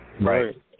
Right